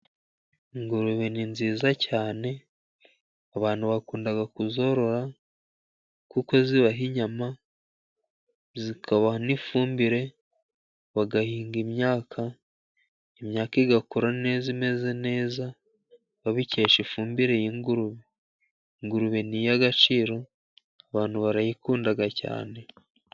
Ingurube ni nziza cyane, abantu bakunda kuzorora kuko zibaha inyama, zikabaha n'ifumbire bagahinga imyaka, imyaka igakura neza imeze neza babikesha ifumbire y'ingurube, ingurube ni iy'agaciro abantu barayikunda cyane.